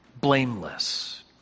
blameless